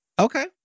Okay